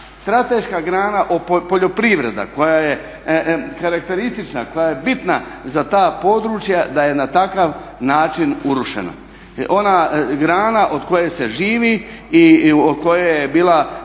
strateška grana poljoprivreda koja je karakteristična, koja je bitna za ta područja da je na takav način urušena. Ona grana od koje se živi i u kojoj je bila